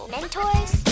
Mentors